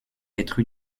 être